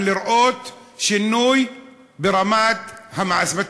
לראות שינוי ברמת המעשה?